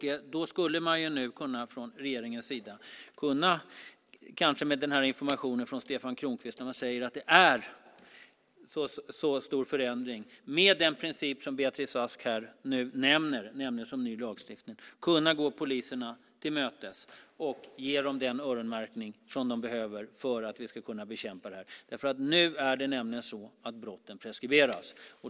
Man skulle från regeringens sida, kanske utifrån informationen från Stefan Kronqvist som säger att det är så stor förändring, med den princip som Beatrice Ask nu nämner, nämligen ny lagstiftning, kunna gå poliserna till mötes och ge dem den öronmärkning som de behöver för att vi ska kunna bekämpa det här. Nu är det nämligen så att brotten preskriberas.